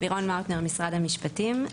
בבקשה לירון מאוטנר ממשרד המשפטים.